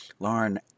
Lauren